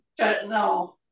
No